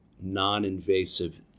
non-invasive